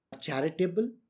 Charitable